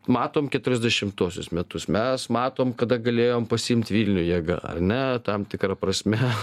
matom keturiasdešimuosius metus mes matom kada galėjom pasiimt vilniuje ar ne tam tikra prasme